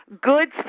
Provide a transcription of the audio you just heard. goods